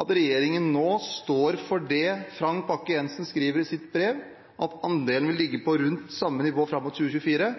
at regjeringen nå står for det Frank Bakke-Jensen skriver i sitt brev, at andelen vil ligge på rundt samme nivå fram mot 2024,